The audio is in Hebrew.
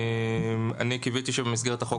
קיוויתי שבמסגרת הזאת,